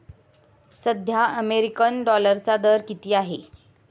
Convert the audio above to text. सध्या अमेरिकन डॉलरचा दर किती आहे?